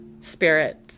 spirits